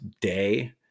day